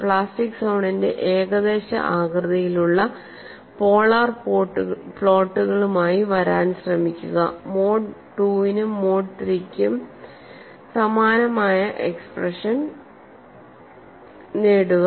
plastic സോണിന്റെ ഏകദേശ ആകൃതിയിലുള്ള പോളാർ പ്ലോട്ടുകളുമായി വരാൻ ശ്രമിക്കുക